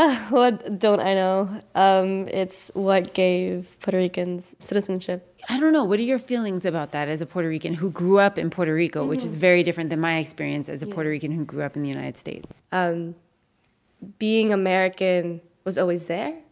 ah ah don't i know? um it's what gave puerto ricans citizenship i don't know. what are your feelings about that as a puerto rican who grew up in puerto rico which is very different than my experience as a puerto rican who grew up in the united states? um being american was always there,